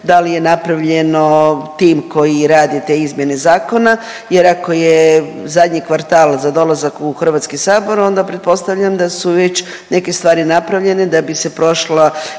da li je napravljeno tim koji radi te izmjene zakona, jer ako je zadnji kvartal za dolazak u Hrvatski sabor onda pretpostavljam da su već neke stvari napravljene da bi se prošlo